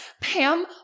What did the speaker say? Pam